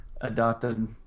adopted